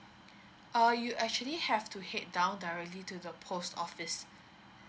uh you actually have to head down directly to the post office